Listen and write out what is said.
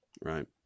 right